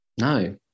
No